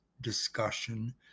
discussion